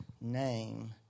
name